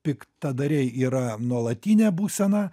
piktadariai yra nuolatinė būsena